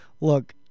Look